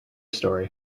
story